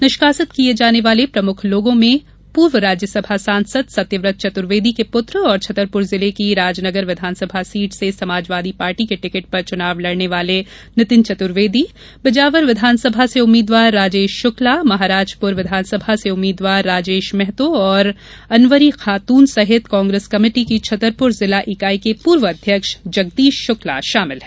निष्कासित किए जाने वाले प्रमुख लोगों में पूर्व राज्यसभा सांसद सत्यव्रत चतुर्वेदी के पूत्र और छतरपूर जिले की राजनगर विघानसभा सीट से समाजवादी पार्टी के टिकट पर चुनाव लड़ने वाले नितिन चतुर्वेदी बिजावर विधानसभा से उम्मीदवार राजेश शुक्ला महाराजपुर विधानसभा से उम्मीदवार राजेश मेहतो और अनवरी खातून सहित कांग्रेस कमेटी की छतरपुर जिला इकाई के पूर्व अध्यक्ष जगदीश शुक्ला शामिल है